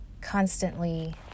Constantly